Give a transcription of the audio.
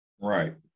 right